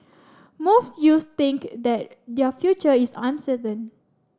most youths think that their future is uncertain